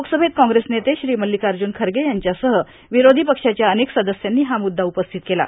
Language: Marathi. लोकसभेत काँग्रेस नेते श्री मल्लिकार्जुन खरगे यांच्यासह विरोधी पक्षांच्या अनेक सदस्यांनी हा मुद्दा उपस्थित केला